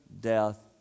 death